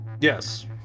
Yes